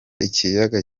ikiyaga